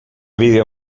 video